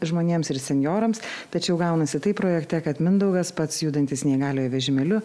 žmonėms ir senjorams tačiau gaunasi taip projekte kad mindaugas pats judantis neįgaliojo vežimėliu